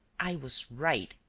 i was right,